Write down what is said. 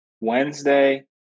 Wednesday